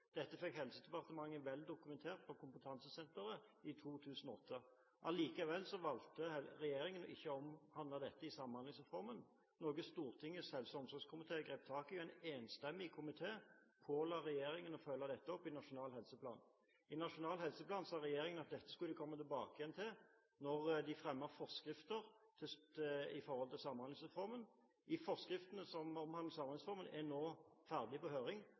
Dette fikk Helsedepartementet vel dokumentert fra Kompetansenteret i 2008. Likevel valgte regjeringen ikke å behandle dette i forbindelse med Samhandlingsreformen, noe Stortingets helse- og omsorgskomité grep tak i. En enstemmig komité påla regjeringen å følge opp dette i Nasjonal helseplan. I Nasjonal helseplan sa regjeringen at dette skulle den komme tilbake til når den fremmet forskrifter i samband med Samhandlingsreformen. Forskriftene som omhandler Samhandlingsreformen, er nå ferdig på høring.